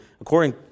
according